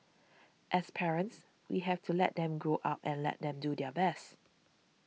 as parents we have to let them grow up and let them do their best